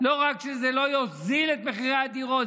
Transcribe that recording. לא רק שזה לא יוריד את מחירי הדירות,